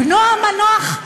בנו המנוח,